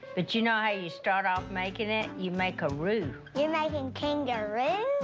but you know how you start off making it? you make a roux. you're making kangaroo?